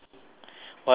why U_K